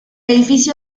edificio